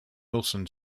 wilson